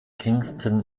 kingston